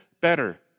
better